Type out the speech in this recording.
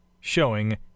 showing